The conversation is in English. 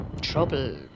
trouble